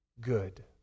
good